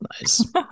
nice